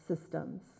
systems